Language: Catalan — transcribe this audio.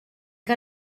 que